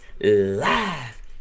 live